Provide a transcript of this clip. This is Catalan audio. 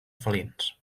felins